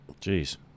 Jeez